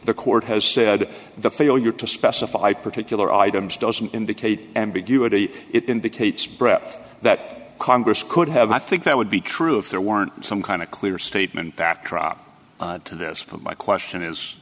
the court has said the failure to specify particular items doesn't indicate ambiguity it indicates breath that congress could have i think that would be true if there weren't some kind of clear statement backdrop to this my question is